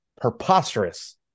preposterous